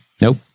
Nope